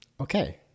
okay